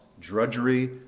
drudgery